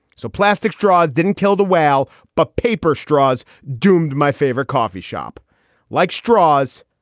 so plastic's drawers didn't kill the whale, but paper straws doomed my favorite coffee shop like straws,